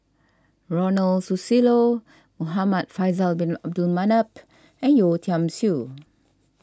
Ronald Susilo Muhamad Faisal Bin Abdul Manap and Yeo Tiam Siew